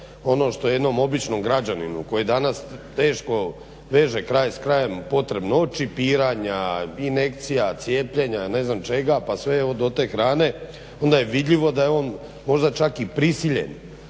ono što jednom običnom građaninu koji danas teško veže kraj s krajem potrebno od čipiranja, injekcija, cijepljenja, ne znam čega, pa sve evo do te hrane onda je vidljivo da je on možda čak i prisiljen